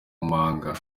manga